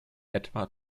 etwa